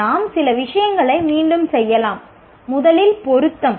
நாம் சில விஷயங்களை மீண்டும் செய்யலாம் முதலில் இதன் பொருத்தம்